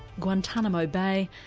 guantanamo bay,